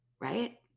right